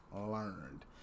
learned